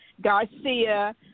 Garcia